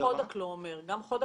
גם חודק לא אומר.